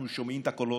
ואנחנו שומעים את הקולות.